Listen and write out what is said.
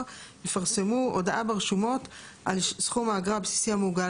יפרסמו הודעה ברשומות על סכום האגרה הבסיסי המעוגל,